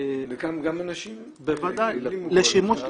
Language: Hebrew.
גם אנשים --- בוודאי, לשימוש הכלל,